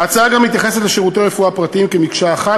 ההצעה גם מתייחסת ל"שירותי רפואה פרטיים" כמקשה אחת